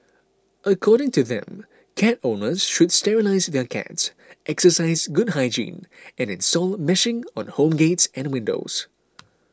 according to them cat owners should sterilise their cats exercise good hygiene and install meshing on home gates and windows